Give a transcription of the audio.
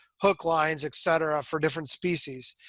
hook lines, et cetera, for different species.